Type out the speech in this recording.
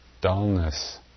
dullness